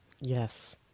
yes